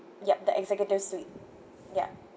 yup the executive suite ya